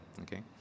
okay